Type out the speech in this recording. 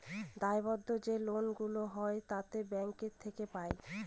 দায়বদ্ধ যে লোন গুলা হয় তা ব্যাঙ্ক থেকে পাই